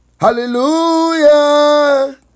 hallelujah